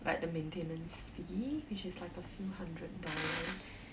like the maintenance fee which is like a few hundred dollars